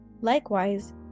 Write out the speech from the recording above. Likewise